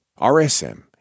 RSM